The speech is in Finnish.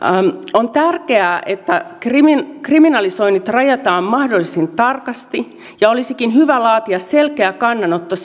on tärkeää että kriminalisoinnit rajataan mahdollisimman tarkasti ja olisikin hyvä laatia selkeä kannanotto